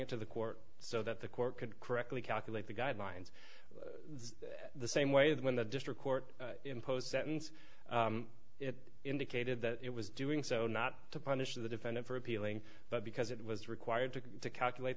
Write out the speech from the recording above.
it to the court so that the court could correctly calculate the guidelines the same way that when the district court imposed sentence it indicated that it was doing so not to punish the defendant for appealing but because it was required to calculate